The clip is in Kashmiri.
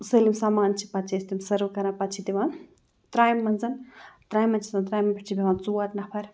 سٲلِم سمان چھِ پَتہٕ چھِ أسۍ تِم سٔرٕو کَران پَتہٕ چھِ دِوان ترٛامہِ منٛز ترٛامہِ منٛز چھِ آسان ترٛامٮ۪ن پٮ۪ٹھ چھِ بیٚہوان ژور نفر